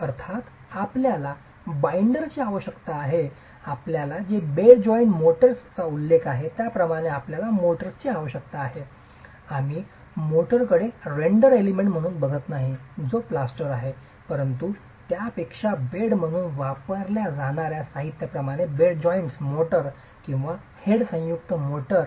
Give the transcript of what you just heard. अर्थात आपल्याला बाईंडरची आवश्यकता आहे आपल्याला ज्या बेड जॉइंट मोर्टारचा उल्लेख आहे त्याप्रमाणे आपल्याला मोर्टारची आवश्यकता आहे आम्ही मोर्टारकडे रेंडर एलिमेंट म्हणून बघत नाही जो प्लास्टर आहे परंतु त्याहीपेक्षा बेड म्हणून वापरल्या जाणार्या साहित्याप्रमाणे बेड जॉईंट मोर्टार किंवा हेड संयुक्त मोर्टार